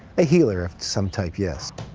a healer of some type, yes.